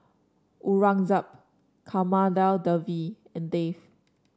Aurangzeb Kamaladevi and Dev